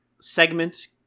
segment